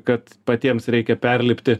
kad patiems reikia perlipti